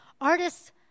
artists